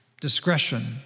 discretion